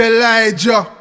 Elijah